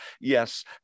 yes